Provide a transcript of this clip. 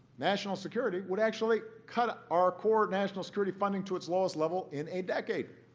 national security, would actually cut up our core national security funding to its lowest level in a decade.